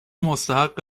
مستحق